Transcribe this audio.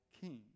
King